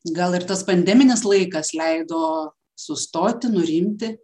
gal ir tas pandeminis laikas leido sustoti nurimti